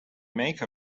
make